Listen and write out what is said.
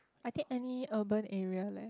I think any urban area leh